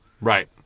Right